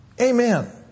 Amen